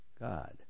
God